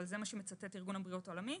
אבל זה שמצטט ארגון הבריאות העולמי.